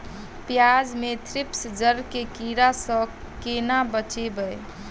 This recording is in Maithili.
प्याज मे थ्रिप्स जड़ केँ कीड़ा सँ केना बचेबै?